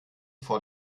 vor